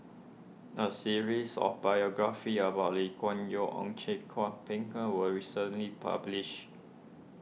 a series of biographies about Lee Kuan Yew Ong Teng Cheong was recently published